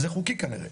זה חוקי כנראה.